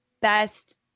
best